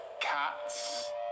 cats